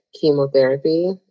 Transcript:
chemotherapy